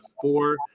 four